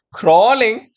crawling